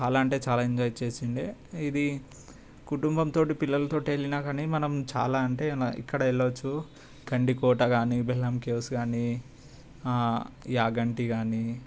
చాలా అంటే చాలా ఎంజాయ్ చేసిండే ఇది కుటుంబంతో పిల్లలతో వెళ్ళేనా కాని మనం చాలా అంటే ఇగ ఇక్కడ వెళ్ళొచ్చు గండికోట కాని బెల్లం కేవ్స్ కాని యాగంటి కాని